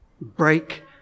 break